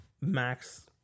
max